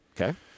Okay